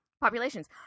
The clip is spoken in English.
populations